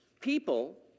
people